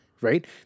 right